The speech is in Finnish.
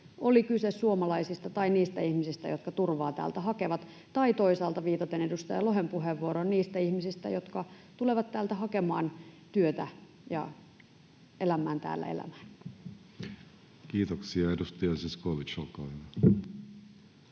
oli kyse suomalaisista tai niistä ihmisistä, jotka turvaa täältä hakevat, tai toisaalta — viitaten edustaja Lohen puheenvuoroon — niistä ihmisistä, jotka tulevat täältä hakemaan työtä ja elämään täällä elämää. Kiitoksia. — Edustaja Zyskowicz,